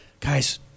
Guys